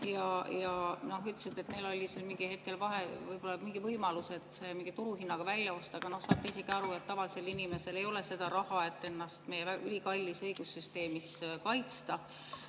ja ütlesite, et neil oli mingil hetkel võimalus [kinnistu] turuhinnaga välja osta. Aga noh, saate isegi aru, et tavalisel inimesel ei ole seda raha, et ennast meie ülikallis õigussüsteemis kaitsta,